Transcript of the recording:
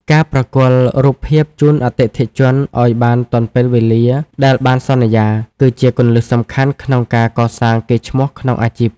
ការប្រគល់រូបភាពជូនអតិថិជនឱ្យបានទាន់ពេលវេលាដែលបានសន្យា គឺជាគន្លឹះសំខាន់ក្នុងការកសាងកេរ្តិ៍ឈ្មោះក្នុងអាជីព។